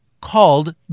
Called